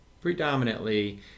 predominantly